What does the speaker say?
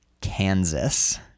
Kansas